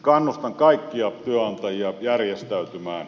kannustan kaikkia työnantajia järjestäytymään